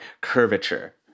curvature